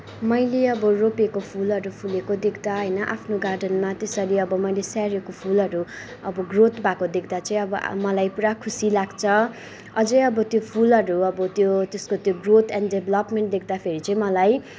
मैले अब रोपेको फुलहरू फुलेको देख्दा होइन आफ्नो गार्डेनमा त्यसरी अब मैले स्याहारेको फुलहरू अब ग्रोथ भएको देख्दा चाहिँ अब मलाई पुरा खुसी लाग्छ अझै अब त्यो फुलहरू अब त्यो त्यसको त्यो ग्रोथ एन्ड डेभ्लोपमेन्ट देख्दाखेरि चाहिँ मलाई